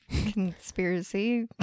conspiracy